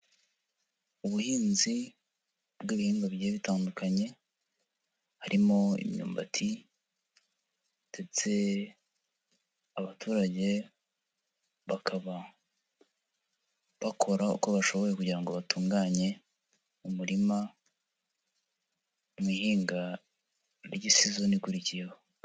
Ubuhinzi bw'ibihingwa bigiye bitandukanye, harimo imyumbati ndetse abaturage bakaba bakora uko bashoboye kugira ngo batunganye umurima, mu ihinga ry'isizoni ikurikiyeho.